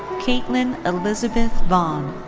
kaitlyn elizabeth vaughan.